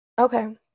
Okay